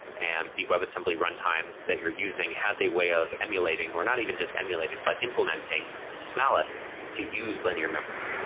and the webassembly runtime that you're using has a way of emulating or not even just emulating, but implementing malloc to use linear memory.